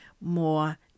more